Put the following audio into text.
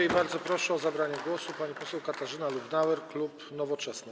I bardzo proszę o zabranie głosu panią poseł Katarzynę Lubnauer, klub Nowoczesna.